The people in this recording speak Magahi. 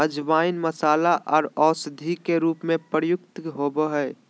अजवाइन मसाला आर औषधि के रूप में प्रयुक्त होबय हइ